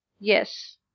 Yes